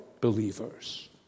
believers